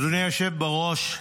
אדוני היושב בראש,